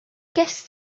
gest